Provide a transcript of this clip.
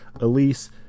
Elise